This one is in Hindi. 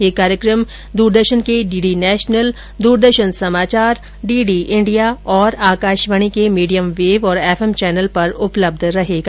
यह कार्यक्रम द्रदर्शन के डीडी नेशनल द्रदर्शन समाचार डीडी इंडिया तथा आकाशवाणी के मीडियम वेव और एफएम चैनल पर उपलब्ध रहेगा